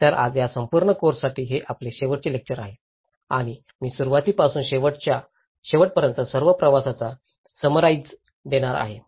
तर आज या संपूर्ण कोर्ससाठी हे आपले शेवटचे लेक्चर आहे आणि मी सुरुवाती पासून शेवटपर्यंतच्या सर्व प्रवासाचा समराईज देणार आहे